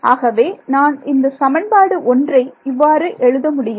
ஆகவே நான் இந்த சமன்பாடு 1ஐ இவ்வாறு எழுத முடியும்